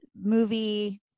movie